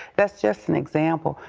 that is just an example.